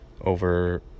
over